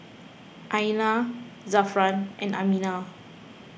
Aina Zafran and Aminah